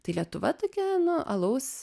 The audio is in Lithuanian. tai lietuva tokia nu alaus